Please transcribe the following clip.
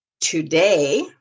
today